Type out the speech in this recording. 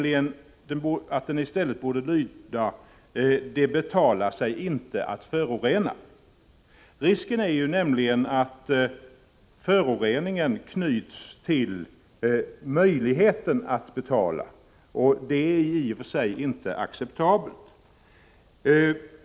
Den borde i stället lyda: ”Det betalar sig inte att förorena!” Risken är nämligen att föroreningen knyts till möjligheten att betala, vilket inte är acceptabelt.